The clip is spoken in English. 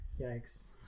Yikes